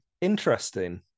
interesting